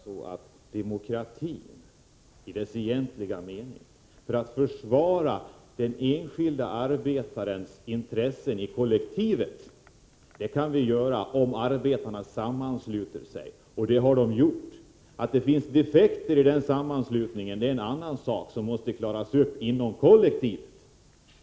Herr talman! Försvara demokratin i dess egentliga mening, försvara den enskilde arbetarens intressen i kollektivet, det kan vi göra om arbetarna sammansluter sig, och det har de gjort. Att det finns defekter i den sammanslutningen är en annan sak, som måste klaras upp inom kollektivet.